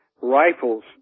Rifles